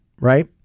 right